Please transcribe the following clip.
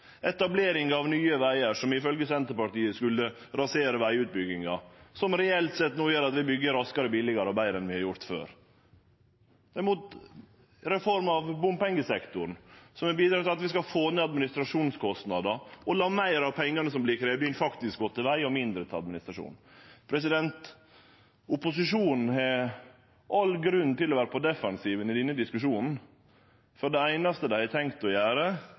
Etableringa av Nye Vegar AS – som ifølgje Senterpartiet skulle rasere vegutbygginga – gjorde reelt sett at vi no byggjer raskare, billigare og betre enn vi har gjort før. Dei var imot reforma av bompengesektoren, som skal bidra til at vi skal få ned administrasjonskostnader og la meir av pengane som vert kravde inn, faktisk gå til veg og mindre til administrasjon. Opposisjonen har all grunn til å vere på defensiven i denne diskusjonen, for det einaste dei har tenkt å gjere,